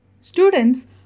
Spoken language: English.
Students